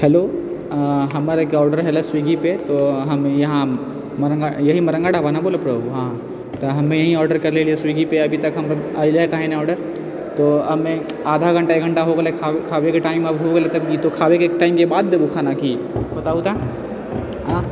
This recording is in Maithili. हेलो हमर अकाउन्ट रहलय स्विगीपर तऽ हम यहाँ मरंगा यही मरंगा ढाबा ने बोलतिह हँ तऽ हम यहीं ऑर्डर करलय रहिये स्विगीपर अभी तक अयले हइ काहे ने ऑर्डर तऽ हमे आधा घण्टा एक घण्टा हो गेल खाब खाब के टाइम आब हो गेलय तऽ तौं खाबयके टाइमके बाद देबो खाना की बताबु तऽ एँ